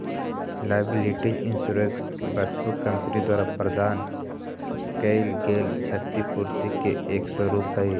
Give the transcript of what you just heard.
liability insurance वस्तु company द्वारा प्रदान कैइल गेल क्षतिपूर्ति के एक स्वरूप हई